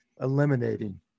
eliminating